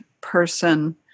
person